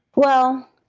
well,